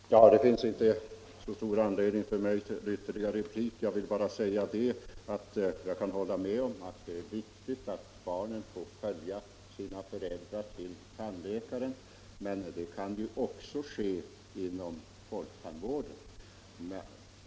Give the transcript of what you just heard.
Herr talman! Det finns inte stor anledning för mig att nu komma med någon längre replik. Jag kan hålla med om att det är viktigt att barnen får följa sina föräldrar till tandläkaren. Men det kan de ju göra också inom folktandvården.